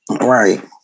Right